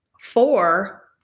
four